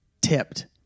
tipped